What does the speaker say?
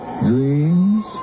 dreams